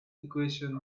equation